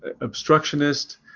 obstructionist